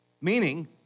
Meaning